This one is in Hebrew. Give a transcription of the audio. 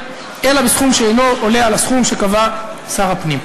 אלא בסכום שאינו עולה על הסכום שקבע שר הפנים.